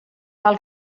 cal